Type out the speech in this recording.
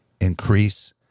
increase